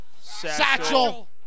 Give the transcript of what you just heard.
Satchel